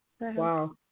Wow